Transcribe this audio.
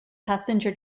passenger